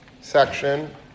section